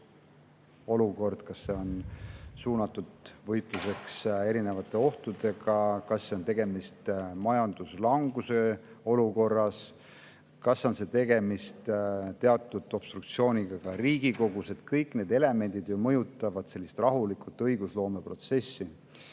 [muudatus] on suunatud võitluseks erinevate ohtudega, kas on tegemist majanduslanguse olukorraga, kas on tegemist teatud obstruktsiooniga Riigikogus – kõik need elemendid ju mõjutavad rahulikku õigusloomeprotsessi.